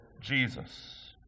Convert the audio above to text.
Jesus